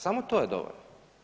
Samo to je dovoljno.